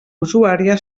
usuària